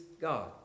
God